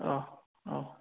औ औ